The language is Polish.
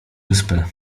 wyspę